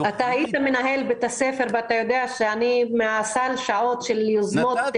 אתה היית מנהל בית הספר ואתה יודע שאני נתתי מסל השעות של יוזמות.